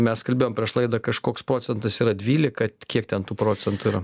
mes kalbėjom prieš laidą kažkoks procentas yra dvylika kiek ten tų procentų yra